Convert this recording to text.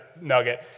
nugget